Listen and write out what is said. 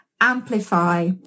amplify